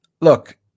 look